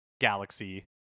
Galaxy